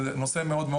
זה נושא חשוב מאוד.